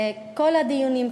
וכל הדיונים,